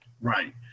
Right